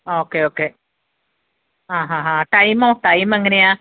okay okay ആ ആ ആ ടൈമോ ടൈമെങ്ങനെയാണ്